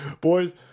Boys